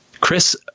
Chris